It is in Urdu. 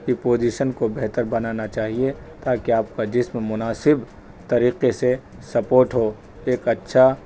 پہ پوزیشن کو بہتر بنانا چاہیے تاکہ آپ کا جسم مناسب طریقے سے سپورٹ ہو ایک اچھا